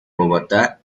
bogotá